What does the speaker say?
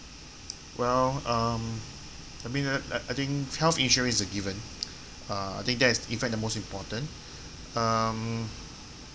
well um I mean I think health insurance is a given uh I think that is in fact the most important um